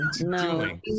No